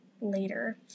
later